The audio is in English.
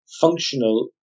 functional